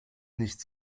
nicht